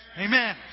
Amen